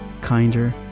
kinder